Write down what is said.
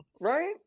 Right